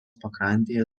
pakrantėje